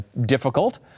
difficult